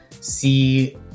see